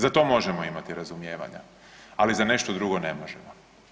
Za to možemo imati razumijevanja, ali za nešto drugo ne možemo.